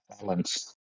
balance